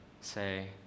say